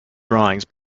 drawings